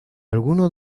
alguno